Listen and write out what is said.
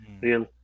real